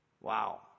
Wow